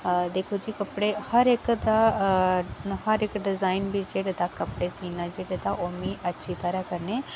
दिक्खो जी कपडे़ हर इक दा हर इक डिजाइन बिच कपडे़ सीने ओह् मिगी अच्छी तरह् कन्नै